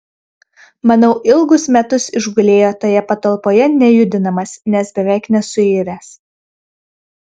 manau ilgus metus išgulėjo toje patalpoje nejudinamas nes beveik nesuiręs